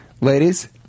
Ladies